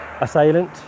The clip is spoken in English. assailant